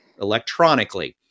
electronically